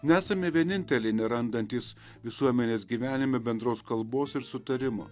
nesame vieninteliai nerandantys visuomenės gyvenime bendros kalbos ir sutarimo